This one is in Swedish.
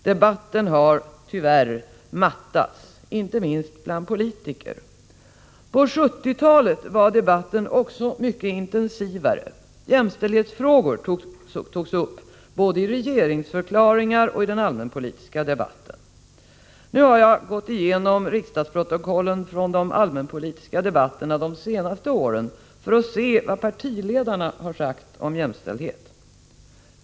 Debatten har, tyvärr, mattats inte minst bland politiker. På 1970-talet var debatten också mycket intensivare. Jämställdhetsfrågor togs upp både i regeringsförklaringar och i den allmänpolitiska debatten. Jag har noga gått igenom riksdagsprotokollen från de allmänpolitiska debatterna de senaste åren för att se vad partiledarna sagt om jämställdhet.